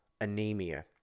anemia